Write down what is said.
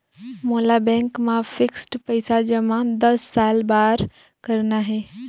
मोला बैंक मा फिक्स्ड पइसा जमा दस साल बार करना हे?